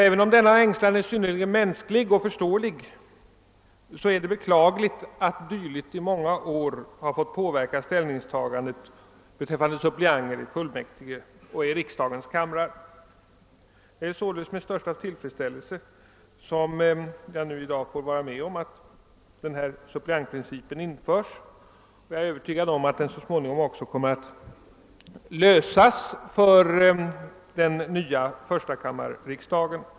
även om denna ängslan är synnerligen mänsklig och förståelig är det beklagligt att den i många år har fått påverka ställningstagandet beträffande suppleanter i fullmäktige och i riksdagens kamrar. Jag hälsar därför med största tillfredsställelse att jag i dag får vara med om att suppleantprincipen införes. Jag är övertygad om att frågan så småningom kommer att lösas även för den nya enkammarriksdagen.